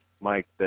Mike